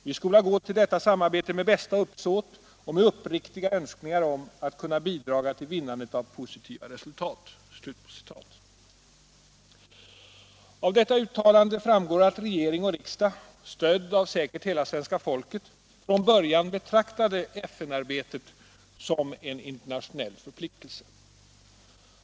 Vi skola gå till detta samarbete med det bästa uppsåt och med uppriktiga önskningar om att kunna bidraga till vinnandet av positiva resultat.” Av dessa uttalanden framgår att regering och riksdag — stödda av säkert hela svenska folket — från början betraktade FN-arbetet som en internationell förpliktelse.